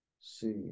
see